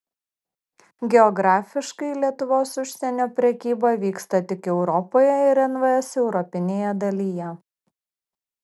geografiškai lietuvos užsienio prekyba vyksta tik europoje ir nvs europinėje dalyje